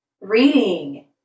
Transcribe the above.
reading